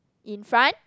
in front